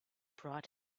brought